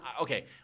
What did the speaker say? okay